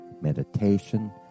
meditation